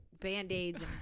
band-aids